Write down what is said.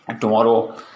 tomorrow